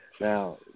Now